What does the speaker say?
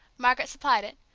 margaret supplied it,